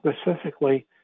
specifically